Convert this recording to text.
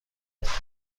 است